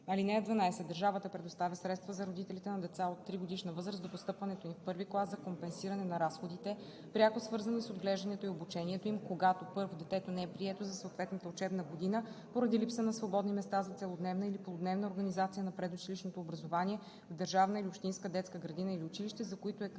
ал. 9. (12) Държавата предоставя средства за родителите на деца от 3-годишна възраст до постъпването им в I клас за компенсиране на разходите, пряко свързани с отглеждането и обучението им, когато: 1. детето не е прието за съответната учебна година поради липса на свободни места за целодневна или полудневна организация на предучилищното образование в държавна или общинска детска градина или училище, за които е кандидатствало